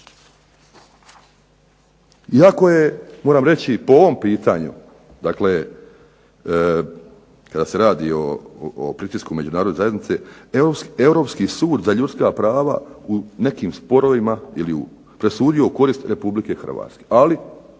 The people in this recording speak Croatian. I ako je moram reći po ovom pitanju dakle kada se radi o pritisku međunarodne zajednice, Europski sud za ljudska prava u nekim sporovima presudio u korist RH, ali bez